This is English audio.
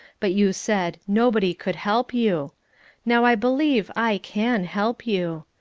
but you said nobody could help you now i believe i can help you.